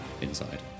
inside